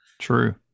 true